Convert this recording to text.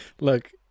Look